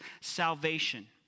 salvation